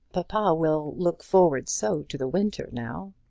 papa will look forward so to the winter now.